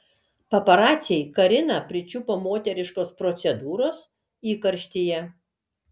paparaciai kariną pričiupo moteriškos procedūros įkarštyje